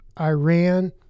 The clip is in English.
Iran